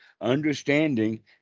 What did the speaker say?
understanding